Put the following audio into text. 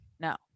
No